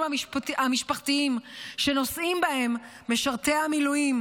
המשפחתיים שנושאים בהם משרתי המילואים,